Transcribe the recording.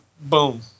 Boom